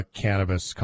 cannabis